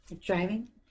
driving